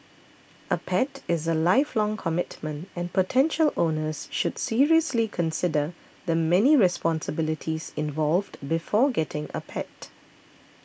a pet is a lifelong commitment and potential owners should seriously consider the many responsibilities involved before getting a pet